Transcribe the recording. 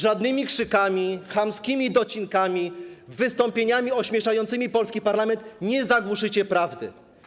Żadnymi krzykami, chamskimi docinkami, wystąpieniami ośmieszającymi polski Parlament nie zagłuszycie prawdy.